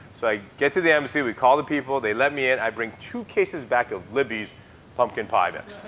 so i get to the embassy, we call the people, they let me in. i bring two cases back of libby's pumpkin pie mix.